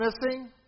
missing